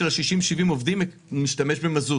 של ה-60 70 עובדים משתמש במזוט,